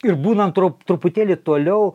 ir būnant trup truputėlį toliau